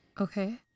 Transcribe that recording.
Okay